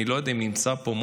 אני לא יודע אם מוטי נמצא פה,